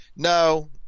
No